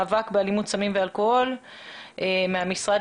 הלאומית וגם של פאולה וראש אגף בריאות הנפש במשרד